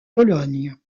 pologne